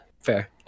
fair